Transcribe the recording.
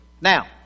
Now